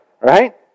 Right